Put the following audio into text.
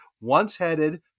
once-headed